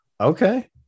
Okay